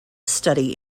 study